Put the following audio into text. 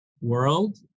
world